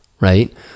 Right